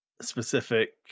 specific